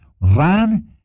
ran